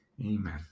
Amen